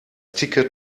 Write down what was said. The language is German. ticket